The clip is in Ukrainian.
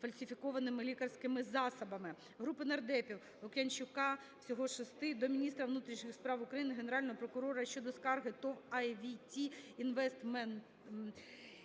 фальсифікованими лікарськими засобами. Групи нардепів (Лук'янчука… всього 6-и) до міністра внутрішніх справ України, Генерального прокурора щодо скарги ТОВ "АЙ ВІ ТІ